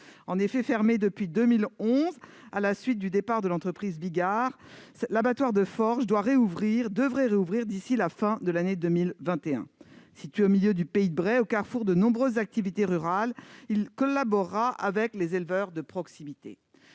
Fermé depuis 2011 à la suite du départ de l'entreprise Bigard, cet abattoir devrait rouvrir d'ici à la fin de l'année 2021. Situé au milieu du pays de Bray, au carrefour de nombreuses activités rurales, il collaborera avec les éleveurs de proximité.